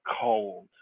cold